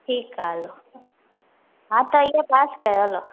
ठीकु आहे हलो हा त इयो पास कयो हलो